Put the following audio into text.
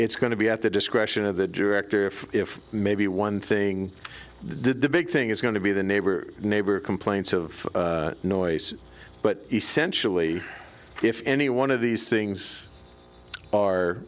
it's going to be at the discretion of the director if if maybe one thing the big thing is going to be the neighbor neighbor complaints of noise but essentially if any one of these things are